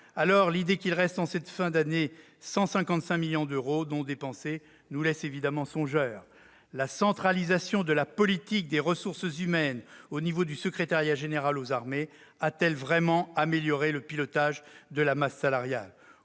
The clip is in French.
Aussi, l'idée qu'il reste en fin d'année 155 millions d'euros non dépensés nous laisse songeurs. La centralisation de la politique des ressources humaines au niveau du secrétariat général des armées a-t-elle vraiment amélioré le pilotage de la masse salariale ?